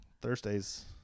Thursdays